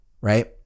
right